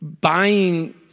buying